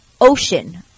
Ocean